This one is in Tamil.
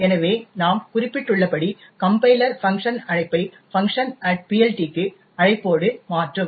எனவே நாம் குறிப்பிட்டுள்ளபடி கம்பைலர் func அழைப்பை func PLTக்கு அழைப்போடு மாற்றும்